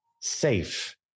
safe